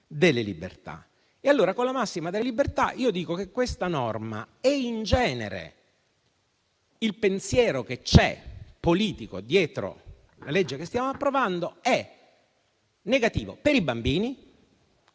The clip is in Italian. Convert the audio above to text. delle libertà. E allora, con la massima delle libertà, dico che questa norma, e in genere il pensiero politico che c'è dietro la legge che stiamo approvando, sono negativi per i bambini,